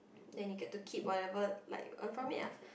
then you get to keep whatever like you earn from it lah